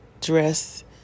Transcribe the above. dress